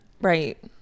Right